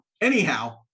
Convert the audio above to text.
anyhow